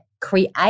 create